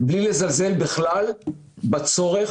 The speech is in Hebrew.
בלי לזלזל בכלל בצורך